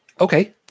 Okay